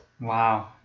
Wow